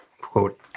quote